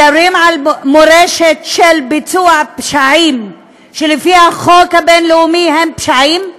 מדברים על מורשת של ביצוע פשעים שלפי החוק הבין-לאומי הם פשעים?